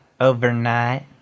Overnight